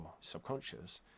subconscious